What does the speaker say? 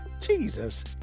Jesus